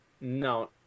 No